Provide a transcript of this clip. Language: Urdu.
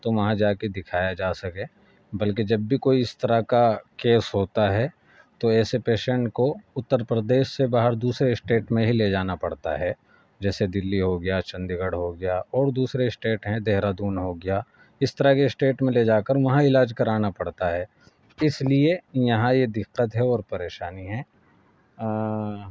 تو وہاں جا کے دکھایا جا سکے بلکہ جب بھی کوئی اس طرح کا کیس ہوتا ہے تو ایسے پیشینٹ کو اترپردیش سے باہر دوسرے اسٹیٹ میں ہی لے جانا پڑتا ہے جیسے دلی ہوگیا چنڈی گڑھ ہوگیا اور دوسرے اسٹیٹ ہیں دہرادون ہوگیا اس طرح کے اسٹیٹ میں لے جا کر وہاں علاج کرانا پڑتا ہے اس لیے یہاں یہ دقت ہے اور پریشانی ہے